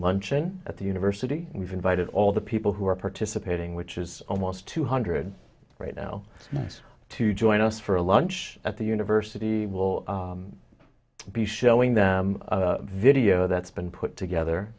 luncheon at the university and we've invited all the people who are participating which is almost two hundred right now to join us for a lunch at the university will be showing the video that's been put together